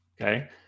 Okay